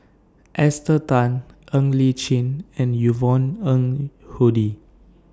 Esther Tan Ng Li Chin and Yvonne Ng Uhde